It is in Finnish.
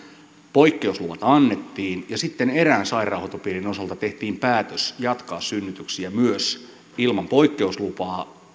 poikkeusluvat annettiin ja sitten erään sairaanhoitopiirin osalta tehtiin päätös jatkaa synnytyksiä myös ilman poikkeuslupaa